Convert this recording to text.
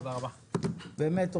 באמת,